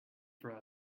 for